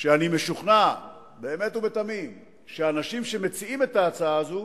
ואני משוכנע באמת ובתמים שאנשים שמציעים את ההצעה הזאת